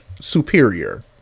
superior